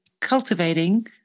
cultivating